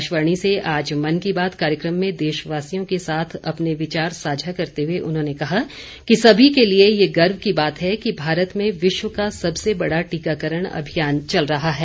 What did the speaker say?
आकाशवाणी से आज मन की बात कार्यक्रम में देशवासियों के साथ अपने विचार साझा करते हुए उन्होंने कहा कि सभी के लिए यह गर्व की बात है कि भारत में विश्व का सबसे बड़ा टीकाकरण अभियान चल रहा है